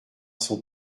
son